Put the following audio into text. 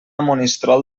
monistrol